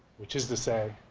which is to say,